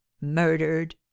murdered